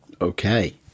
okay